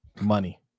Money